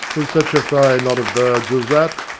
with such a fine lot of birds as that,